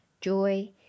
joy